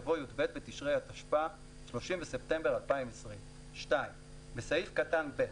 יבוא "י"ב בתשרי התשפ"א (30 בספטמבר 2020)"; (2)בסעיף קטן (ב)